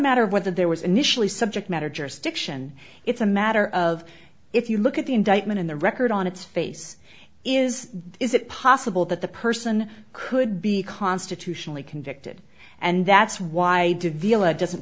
matter of whether there was initially subject matter jurisdiction it's a matter of if you look at the indictment in the record on its face is is it possible that the person could be constitutionally convicted and that's why